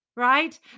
Right